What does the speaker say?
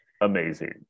Amazing